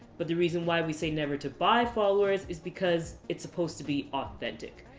but the reason why we say never to buy followers is because it's supposed to be authentic.